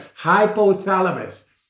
hypothalamus